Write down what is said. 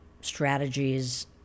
strategies